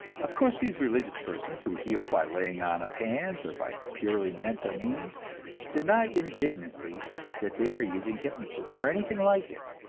of course these religious persons who heal by laying on of hands or by purely mental means deny indignantly that they are using hypnotism or anything like it.